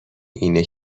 اینه